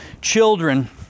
children